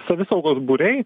savisaugos būriai